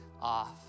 off